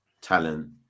talent